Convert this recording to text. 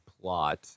plot